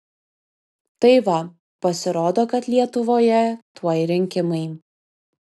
tai va pasirodo kad lietuvoje tuoj rinkimai